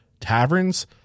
taverns